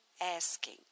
asking